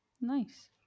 Nice